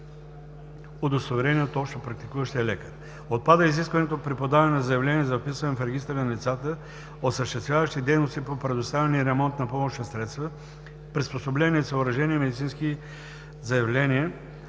удостоверение от общопрактикуващия лекар. Отпада изискването при подаване на заявление за вписване в регистъра на лицата, осъществяващи дейности по предоставяне и ремонт на помощни средства, приспособления и съоръжения и медицински заявления